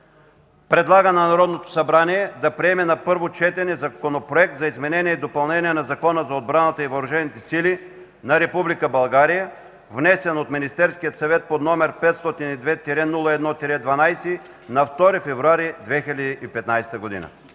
Предлага на Народното събрание да приеме на първо четене Законопроект за изменение и допълнение на Закона за отбраната и въоръжените сили на Република България, внесен от Министерския съвет, № 502-01-12 на 2 февруари 2015 г.”